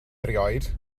erioed